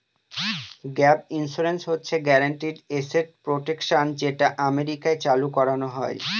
gap insurance হচ্ছে guaranteed asset protection যেটা আমেরিকায় চালু করানো হয়